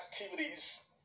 activities